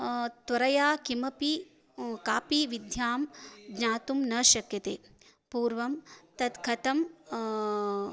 त्वरया किमपि कापि विद्यां ज्ञातुं न शक्यते पूर्वं तत् कथं